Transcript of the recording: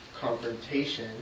confrontation